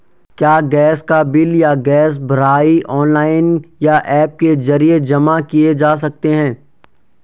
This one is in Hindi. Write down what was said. क्या गैस का बिल या गैस भराई ऑनलाइन या ऐप के जरिये जमा किये जा सकते हैं?